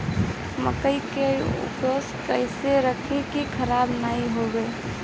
मकई के उपज कइसे रखी की खराब न हो सके?